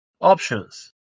options